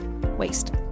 waste